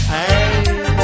Hey